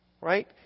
right